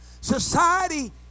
society